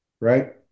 right